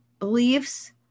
beliefs